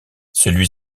celui